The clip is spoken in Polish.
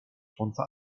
słońca